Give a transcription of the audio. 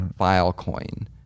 Filecoin